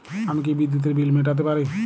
আমি কি বিদ্যুতের বিল মেটাতে পারি?